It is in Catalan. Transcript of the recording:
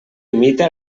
imita